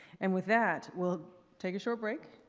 and with that, we'll take a short break.